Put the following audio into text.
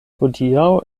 hodiaŭ